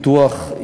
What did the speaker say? פיתוח,